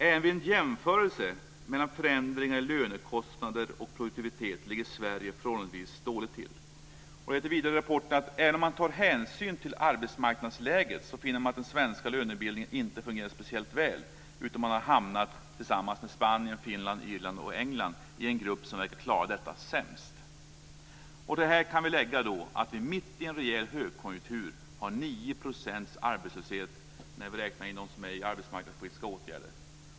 Även vid en jämförelse mellan förändringar i lönekostnader och produktivitet ligger Sverige förhållandevis dåligt till. Vidare heter det i rapporten: "Även om man tar hänsyn till arbetsmarknadsläget finner man att den svenska lönebildningen inte fungerade speciellt väl, utan man har hamnat tillsammans med Spanien, Finland, Irland och England i en grupp som verkar klara detta sämst." Till detta kan läggas att vi mitt i en rejäl högkonjunktur har 9 % arbetslöshet, när vi räknar in dem som är i arbetsmarknadspolitiska åtgärder.